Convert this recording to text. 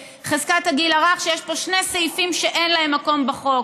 חזקת הגיל הרך שיש פה שני סעיפים שאין להם מקום בחוק: